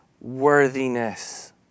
worthiness